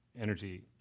energy